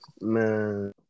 Man